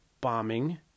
bombing